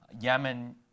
Yemen